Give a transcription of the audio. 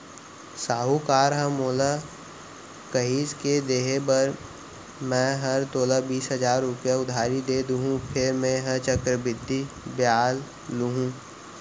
साहूकार ह मोला कहिस के देहे बर मैं हर तोला बीस हजार रूपया उधारी दे देहॅूं फेर मेंहा चक्रबृद्धि बियाल लुहूं